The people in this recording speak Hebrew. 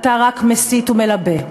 אתה רק מסית ומלבה.